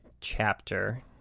chapter